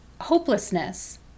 hopelessness